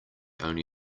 only